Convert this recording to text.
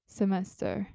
semester